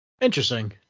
Interesting